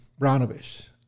Brownovich